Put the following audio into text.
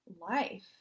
life